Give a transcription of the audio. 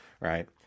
Right